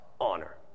honor